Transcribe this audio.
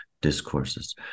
discourses